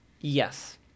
Yes